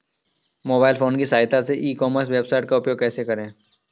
Mobile phone की सहायता से ई कॉमर्स वेबसाइट का उपयोग कैसे करें?